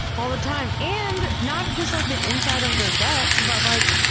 all the time! and not just like the inside of their guts but, like,